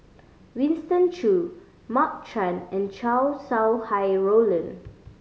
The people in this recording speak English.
Winston Choo Mark Chan and Chow Sau Hai Roland